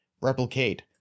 replicate